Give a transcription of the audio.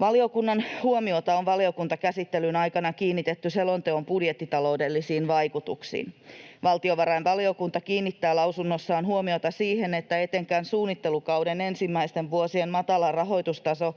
Valiokunnan huomiota on valiokuntakäsittelyn aikana kiinnitetty selonteon budjettitaloudellisiin vaikutuksiin. Valtiovarainvaliokunta kiinnittää lausunnossaan huomiota siihen, että etenkään suunnittelukauden ensimmäisten vuosien matala rahoitustaso